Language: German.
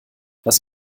was